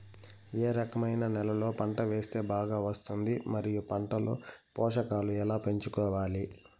ఏ రకమైన నేలలో పంట వేస్తే బాగా వస్తుంది? మరియు పంట లో పోషకాలు ఎలా పెంచుకోవాలి?